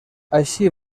així